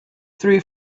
three